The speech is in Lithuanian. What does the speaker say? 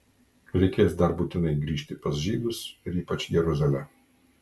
reikės dar būtinai grįžti pas žydus ir ypač jeruzalę